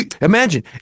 Imagine